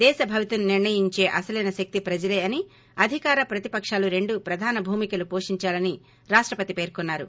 దేశ భవితను నిర్ణయించే అసలైన శక్తి ప్రజలే అని అధికార ప్రతి పక్షాలు రెండూ ప్రధాన భూమికలు పోషించాలని రాష్టపతి పేర్కొన్నారు